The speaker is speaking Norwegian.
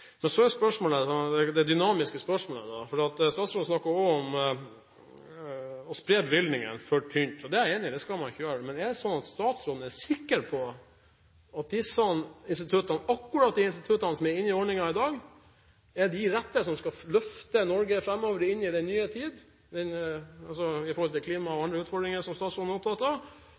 Så til det dynamiske spørsmålet – statsråden snakket også om å spre bevilgningen for tynt, det er jeg enig i, det skal man ikke gjøre: Men er det slik at statsråden er sikker på at akkurat de instituttene som er inne i ordningen i dag, er de rette, er de som skal løfte Norge framover og inn i den nye tid – i forhold til klima og andre utfordringer som statsråden er opptatt av?